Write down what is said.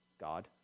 God